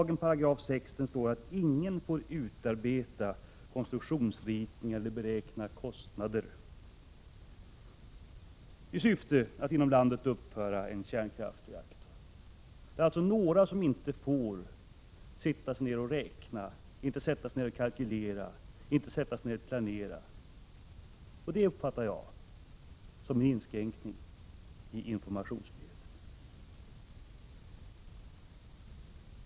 16 § kärntekniklagen står det att ingen får utarbeta konstruktionsritningar eller beräkna kostnader i syfte att inom landet uppföra en kärnkraftsreaktor. Det är alltså några som inte får sätta sig ned och räkna, som inte får sätta sig ned och kalkylera, som inte får sätta sig ned och planera, och det uppfattar jag som en inskränkning i informationsfriheten.